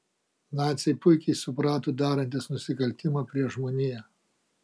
naciai puikiai suprato darantys nusikaltimą prieš žmoniją